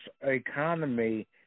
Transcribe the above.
economy